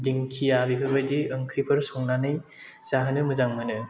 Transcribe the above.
दिंखिया बेफोरबायदि ओंख्रिफोर संनानै जाहोनो मोजां मोनो